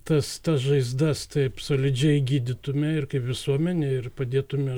tas tas žaizdas taip solidžiai gydytume ir kaip visuomenė ir padėtume